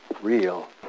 real